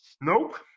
Nope